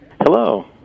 Hello